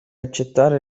accettare